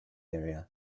area